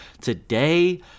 today